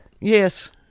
Yes